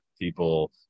people